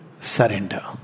surrender